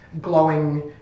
glowing